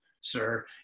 sir